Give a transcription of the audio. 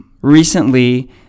Recently